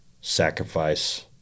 sacrifice